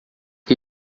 que